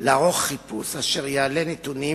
לערוך חיפוש אשר יעלה נתונים